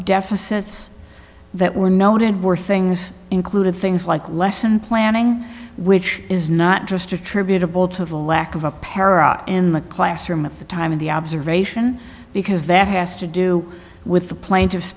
deficits that were noted were things including things like lesson planning which is not just attributable to the lack of a para in the classroom at the time of the observation because that has to do with the plaintiff